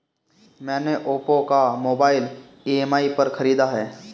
मैने ओप्पो का mobile EMI पे खरीदा है